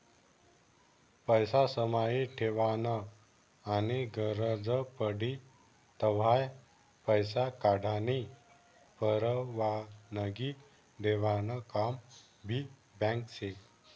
पैसा समाई ठेवानं आनी गरज पडी तव्हय पैसा काढानी परवानगी देवानं काम भी बँक शे